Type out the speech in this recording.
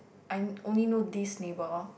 I only know this neighbour